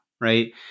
right